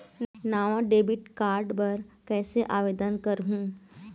नावा debit card बर कैसे आवेदन करहूं?